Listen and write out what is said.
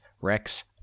Rex